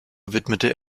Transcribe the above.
widmete